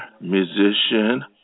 musician